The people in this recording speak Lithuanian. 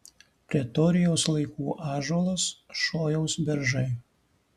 pretorijaus laikų ąžuolas šojaus beržai